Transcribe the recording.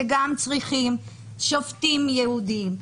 שגם צריכים שופטים ייעודיים,